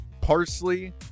parsley